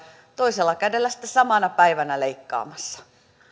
toisella kädellä sitten samana päivänä leikkaamassa